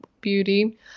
beauty